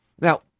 Now